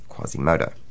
Quasimodo